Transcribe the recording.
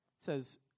says